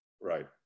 Right